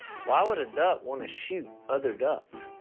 why would a duck want to shoot other ducks?